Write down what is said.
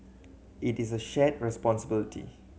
it is a shared responsibility